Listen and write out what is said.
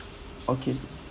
okay